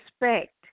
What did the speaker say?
respect